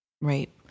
Right